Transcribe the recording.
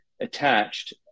attached